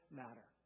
matter